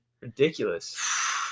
Ridiculous